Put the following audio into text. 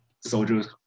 soldiers